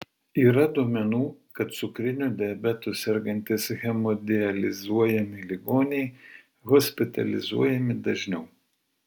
yra duomenų kad cukriniu diabetu sergantys hemodializuojami ligoniai hospitalizuojami dažniau